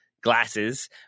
glasses